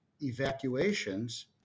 evacuations